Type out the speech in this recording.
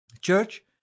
church